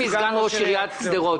אני סגן ראש עיריית שדרות.